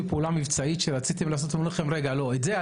פעולה מבצעית שרציתם לעשות ואמרו לכם לא לעשות אותה?